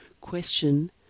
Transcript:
question